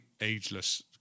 ageless